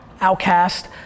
outcast